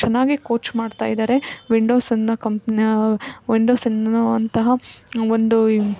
ಚೆನ್ನಾಗೇ ಕೋಚ್ ಮಾಡ್ತಾ ಇದ್ದಾರೆ ವಿಂಡೋಸನ್ನೋ ಕಂಪ್ನ ವಿಂಡೋಸ್ ಎನ್ನುವಂತಹ ಒಂದು